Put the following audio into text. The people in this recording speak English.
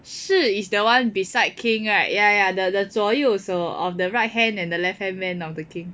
士 is the one beside king right ya ya the 左右手 of the right hand and the left hand man of the king